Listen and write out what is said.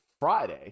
Friday